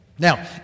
Now